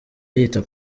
yita